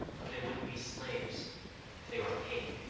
but they wouldn't be slaves if they were paid.